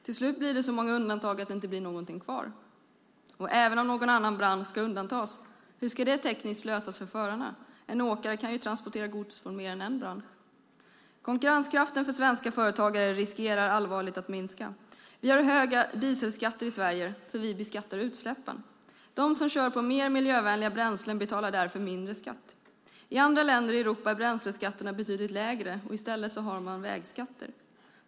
Till slut blir det så många undantag att det inte blir någonting kvar. Även om någon annan bransch ska undantas, hur ska det tekniskt lösas för förarna? En åkare kan ju transportera gods från mer än en bransch. Konkurrenskraften för svenska företagare riskerar allvarligt att minska. Vi har höga dieselskatter i Sverige, för vi beskattar utsläppen. De som kör på mer miljövänliga bränslen betalar därför mindre skatt. I andra länder i Europa är bränsleskatterna betydligt lägre. I stället har man vägskatter.